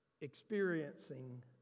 experiencing